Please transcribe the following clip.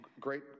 Great